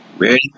ready